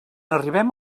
arribem